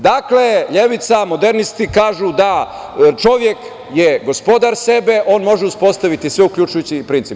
Dakle, levica, modernisti kažu da čovek je gospodar sebe, on može uspostaviti sve uključujući i princip.